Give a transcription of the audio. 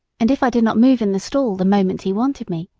and if i did not move in the stall the moment he wanted me,